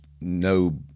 no